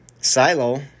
Silo